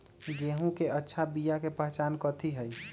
गेंहू के अच्छा बिया के पहचान कथि हई?